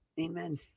Amen